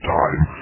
time